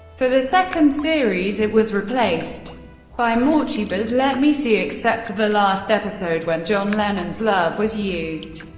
for the second series, it was replaced by morcheeba's let me see, except for the last episode when john lennon's love was used.